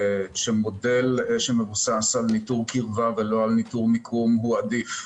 שאמרו שמודל שמבוסס על ניטור קרבה ולא על ניטור מיקום הוא עדיף.